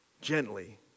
gently